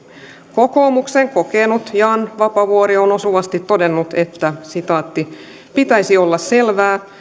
kokoomuksen kokenut jan vapaavuori on osuvasti todennut että pitäisi olla selvää